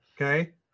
Okay